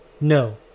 No